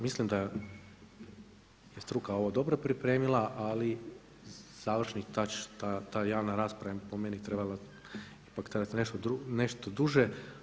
Mislim da je struka ovo dobro pripremila, ali završni tach ta javna rasprava je po meni trebala, ipak trajati nešto duže.